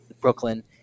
Brooklyn